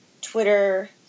Twitter